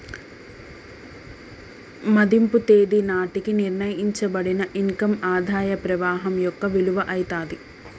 మదింపు తేదీ నాటికి నిర్ణయించబడిన ఇన్ కమ్ ఆదాయ ప్రవాహం యొక్క విలువ అయితాది